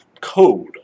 code